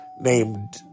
named